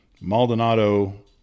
Maldonado